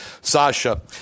Sasha